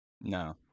No